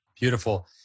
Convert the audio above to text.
Beautiful